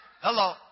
Hello